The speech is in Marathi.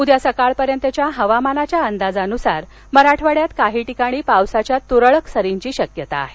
उद्या सकाळपर्यंतच्या हवामानाच्या अंदाजानुसार मराठवाड्यात काही ठिकाणी पावसाच्या तुरळक सरी येण्याची शक्यता आहे